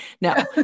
No